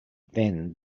then